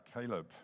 Caleb